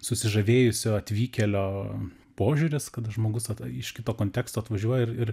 susižavėjusio atvykėlio požiūris kada žmogus iš kito konteksto atvažiuoja ir ir